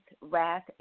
wrath